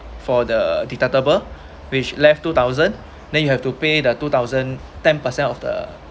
for the deductible which left two thousand then you have to pay the two thousand ten percent of the